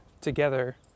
together